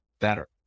better